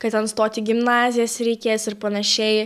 kad ten stoti į gimnazijas reikės ir panašiai